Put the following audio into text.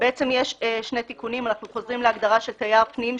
להגדרה של "תייר פנים",